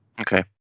Okay